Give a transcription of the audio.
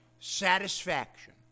Satisfaction